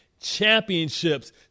championships